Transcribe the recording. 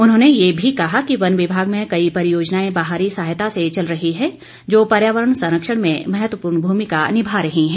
उन्होंने यह भी कहा कि वन विमाग में कई परियोजनाएं बाहरी सहायता से चल रही है जो पर्यावरण संरक्षण में महत्वपूर्ण भूमिका निभा रही है